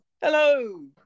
Hello